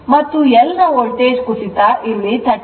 ಮತ್ತು L ನ voltage ಕುಸಿತ ಇಲ್ಲಿ 39